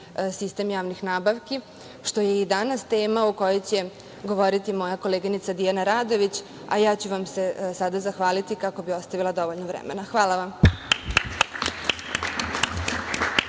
sistem javnih nabavki, što je i danas tema o kojoj će govoriti moja koleginica Dijana Radović, a ja ću vam se sada zahvaliti, kako bih ostavila dovoljno vremena. Hvala vam.